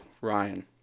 Ryan